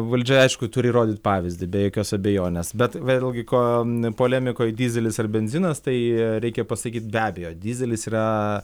valdžia aišku turi rodyt pavyzdį be jokios abejonės bet vėlgi ko polemikoj dyzelis ar benzinas tai reikia pasakyt be abejo dyzelis yra